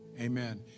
Amen